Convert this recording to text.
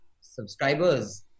subscribers